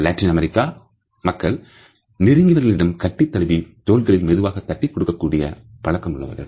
Latin அமெரிக்க மக்கள் நெருங்கியவர்களிடம்கட்டித்தழுவி தோல்களில் மெதுவாக தட்டிக் கொடுக்கக்கூடிய பழக்கமுள்ளவர்கள்